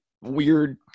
weird